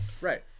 right